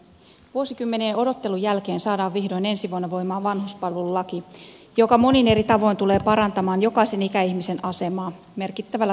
vuosikymmenien odottelun jälkeen saadaan vihdoin ensi vuonna voimaan vanhuspalvelulaki joka monin eri tavoin tulee parantamaan jokaisen ikäihmisen asemaa merkittävällä tavalla